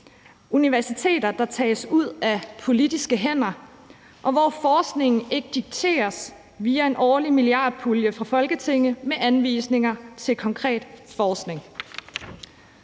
universiteter, der tages ud af politiske hænder, og hvor forskningen ikke dikteres via en årlig milliardpulje fra Folketinget med anvisninger til konkret forskning.